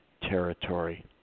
territory